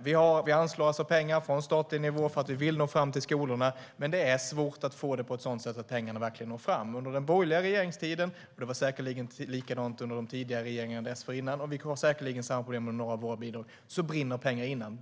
Vi anslår pengar från statlig nivå för att vi vill nå fram till skolorna. Men det är svårt att få det på ett sådant sätt att pengarna verkligen når fram. Under den borgerliga regeringstiden - och det var säkerligen likadant under tidigare regeringar dessförinnan, och vi kommer säkerligen att ha samma problem med några av våra bidrag - brann pengar inne.